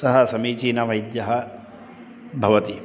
सः समीचीनः वैद्यः भवति